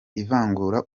ivangura